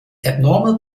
abnormal